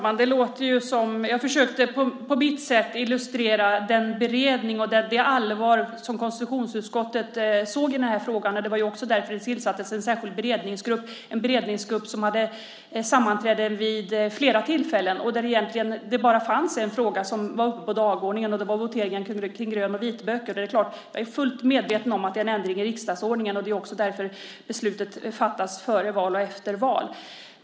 Herr talman! Jag försökte på mitt sätt illustrera beredningen och hur allvarligt konstitutionsutskottet såg på denna fråga. Det var också därför som det tillsattes en särskild beredningsgrupp, en beredningsgrupp som hade sammanträden vid flera tillfällen. Det fanns egentligen bara en fråga som var uppe på dagordningen, och det var frågan om votering om grön och vitböcker. Det är klart att jag är fullt medveten om att det innebär en ändring i riksdagsordningen. Det är också därför som beslutet fattas före val och efter val.